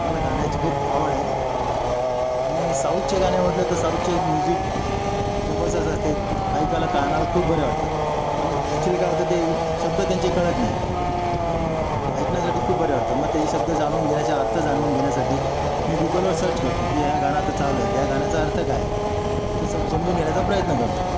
मला गाण्याची खूप आवड आहे आणि साऊथचे गाणे म्हटलं तर साऊथचे म्युझिक जबरदस्त असते ऐकायला कानाला खूप बरे वाटतं पण ॲक्चुअली काय होतं ते शब्द त्यांचे कळत नाही पण ऐकण्यासाठी खूप बरे वाटतं मग त्याची शब्द जाणून घेण्याचा अर्थ जाणून घेण्यासाठी मी गुगलवर सर्च करतो की या गाणं आता चालू आहे त्या गाण्याचा अर्थ काय ते सम समजून घेण्याचा प्रयत्न करतो